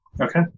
Okay